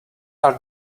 are